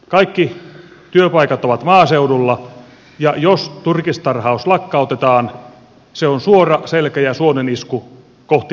kaikki työpaikat ovat maaseudulla ja jos turkistarhaus lakkautetaan se on suora ja selkeä suonenisku kohti maaseutua